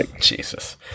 Jesus